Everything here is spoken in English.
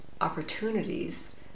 opportunities